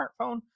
smartphone